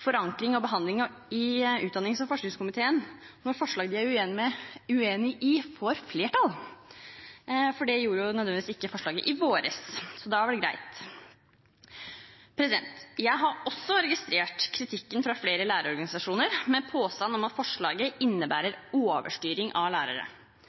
forankring av behandlingen i utdannings- og forskningskomiteen når forslag de er uenig i, får flertall – for det gjorde ikke nødvendigvis ikke forslaget i vår, så da var det greit. Jeg har også registrert kritikken fra flere lærerorganisasjoner med en påstand om at forslaget innebærer overstyring av lærere.